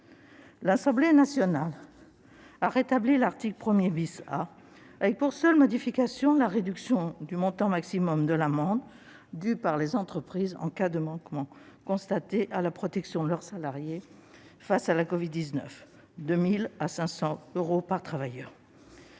L'Assemblée nationale a rétabli cet article, avec pour seule modification la réduction du montant maximum de l'amende due par les entreprises en cas de manquement constaté à la protection de leurs salariés face à la covid-19, de 1 000 à 500 euros par travailleur.